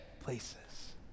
places